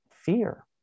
fear